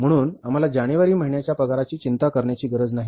म्हणून आम्हाला जानेवारी महिन्याच्या पगाराची चिंता करण्याची गरज नाही